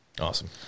Awesome